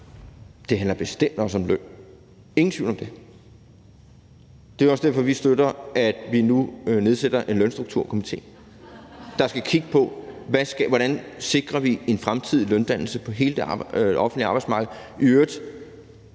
Det handler bestemt også om løn, ingen tvivl om det. Det er også derfor, vi støtter, at der nu nedsættes en lønstrukturkomité, der skal kigge på, hvordan vi sikrer en fremtidig løndannelse på hele det offentlige arbejdsmarked,